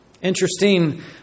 Interesting